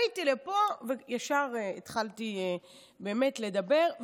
עליתי לפה וישר התחלתי לדבר,